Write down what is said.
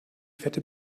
fette